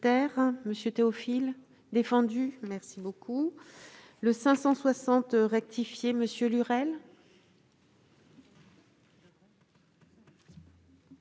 Merci,